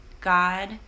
God